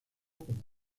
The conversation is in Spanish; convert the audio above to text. como